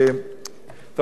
יש לי הרבה דברים לומר,